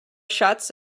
shuts